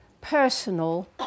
personal